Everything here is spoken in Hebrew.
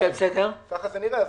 ככה זה נראה.